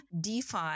DeFi